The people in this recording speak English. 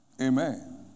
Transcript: Amen